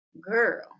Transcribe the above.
Girl